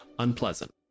unpleasant